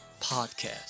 podcast